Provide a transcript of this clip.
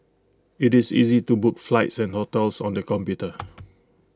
IT is easy to book flights and hotels on the computer